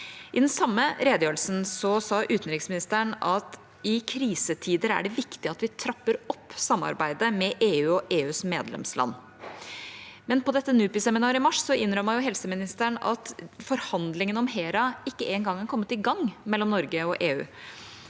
I den samme redegjørelsen sa utenriksministeren at «i krisetider er det derfor viktig at vi trapper opp samarbeidet med EU og EUs medlemsland», men på dette NUPI-seminaret i mars innrømmet helseministeren at forhandlingene om HERA ikke engang er kommet i gang mellom Norge og EU.